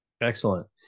excellent